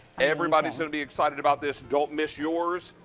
everybody so will be excited about this. don't miss yours.